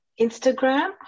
Instagram